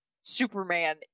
superman